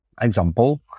example